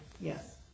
Yes